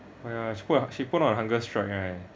oh ya she put she put on hunger strike eh